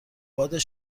باد